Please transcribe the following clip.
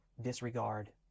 disregard